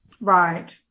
Right